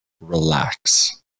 relax